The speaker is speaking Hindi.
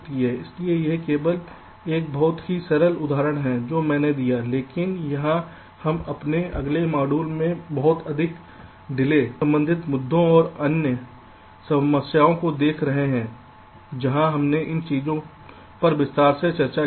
इसलिए यह केवल एक बहुत ही सरल उदाहरण है जो मैंने दिया है लेकिन यहां हम अपने अगले मॉड्यूल में बहुत अधिक डिले संबंधित मुद्दों और अन्य समस्याओं को देख रहे हैं जहां हमने इन चीजों पर विस्तार से चर्चा की